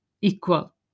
equal